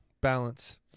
balance